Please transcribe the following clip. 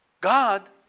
God